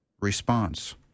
Response